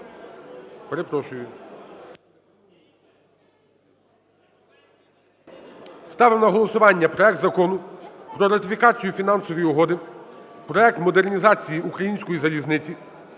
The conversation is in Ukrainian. Перепрошую. Ставлю на голосування проект Закону про ратифікацію Фінансової угоди (Проект модернізації української залізниці